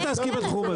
אל תעסקו בתחום הזה.